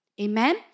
Amen